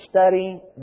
study